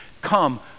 Come